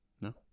No